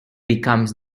becomes